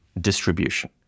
distribution